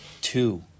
two